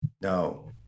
No